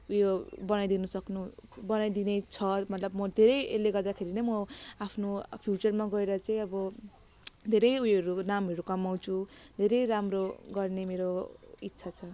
उयो बनाइदिनु सक्नु बनाइदिनेछ मतलब म धेरै यसले गर्दाखेरि नै म आफ्नो फ्युचरमा गएर चाहिँ अब धेरै उयोहरू नामहरू कमाउँछु धेरै राम्रो गर्ने मेरो इच्छा छ